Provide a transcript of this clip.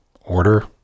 order